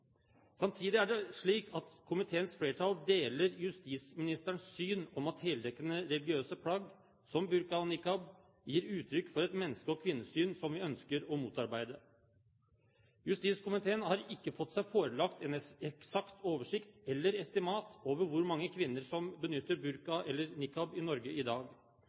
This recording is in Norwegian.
Samtidig er det slik at komiteens flertall deler justisministerens syn om at heldekkende religiøse plagg som burka og niqab gir uttrykk for et menneske- og kvinnesyn som vi ønsker å motarbeide. Justiskomiteen har ikke fått seg forelagt en eksakt oversikt over eller et estimat for hvor mange kvinner som benytter burka eller niqab i Norge i dag.